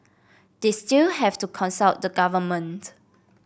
they still have to consult the government